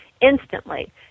instantly